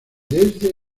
desde